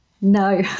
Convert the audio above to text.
No